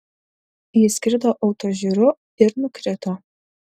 jis skrido autožyru ir nukrito